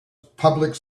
public